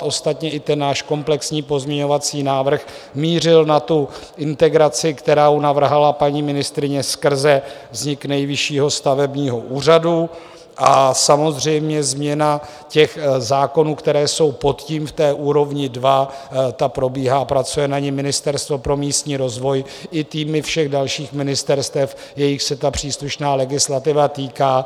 Ostatně i náš komplexní pozměňovací návrh mířil na integraci, kterou navrhla paní ministryně skrze vznik Nejvyššího stavebního úřadu, a samozřejmě změna zákonů, které jsou pod tím v úrovni dva, probíhá, pracuje na ní Ministerstvo pro místní rozvoj i týmy všech dalších ministerstev, jichž se ta příslušná legislativa týká.